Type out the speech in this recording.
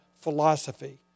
philosophy